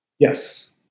Yes